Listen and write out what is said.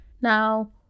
Now